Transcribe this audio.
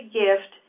gift